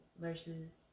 versus